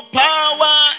power